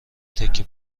تکه